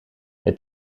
het